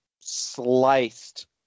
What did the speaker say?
sliced